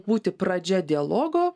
būti pradžia dialogo